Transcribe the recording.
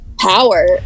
power